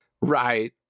Right